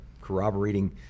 corroborating